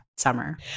Summer